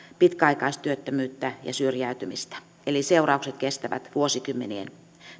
pitkäaikaistyöttömyyttä ja syrjäytymistä eli seuraukset kestävät vuosikymmenien